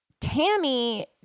Tammy